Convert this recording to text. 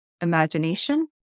Imagination